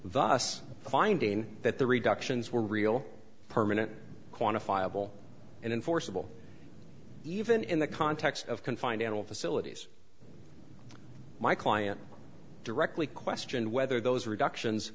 thus finding that the reductions were real permanent quantifiable and enforceable even in the context of confined animal facilities my client directly questioned whether those reductions